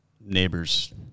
neighbor's